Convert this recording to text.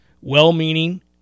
well-meaning